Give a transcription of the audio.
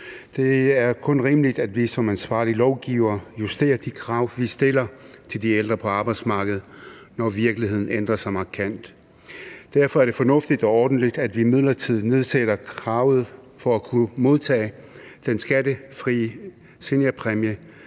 Det er kun rimeligt, at vi som ansvarlige lovgivere justerer de krav, vi stiller til de ældre på arbejdsmarkedet, når virkeligheden ændrer sig markant. Derfor er det fornuftigt og ordentligt, at vi midlertidigt nedsætter kravet for at kunne modtage den skattefrie seniorpræmie